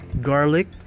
garlic